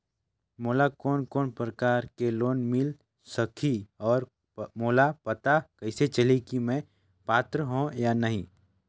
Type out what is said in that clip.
मोला कोन कोन प्रकार के लोन मिल सकही और मोला पता कइसे चलही की मैं पात्र हों या नहीं?